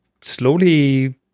slowly